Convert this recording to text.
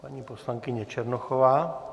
Paní poslankyně Černochová.